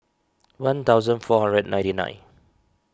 one thousand four hundred ninety nine